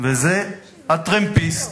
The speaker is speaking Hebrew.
וזה הטרמפיסט.